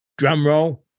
drumroll